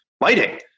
lighting